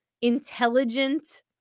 intelligent